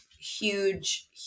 huge